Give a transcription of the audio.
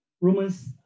Romans